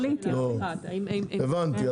הבנתי.